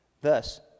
Thus